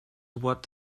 what